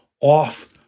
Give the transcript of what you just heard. off